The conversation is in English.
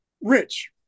Rich